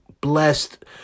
blessed